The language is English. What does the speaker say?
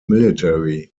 military